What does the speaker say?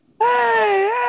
Hey